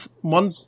one